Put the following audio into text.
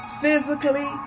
physically